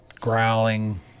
growling